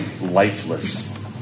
lifeless